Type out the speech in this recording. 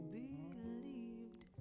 believed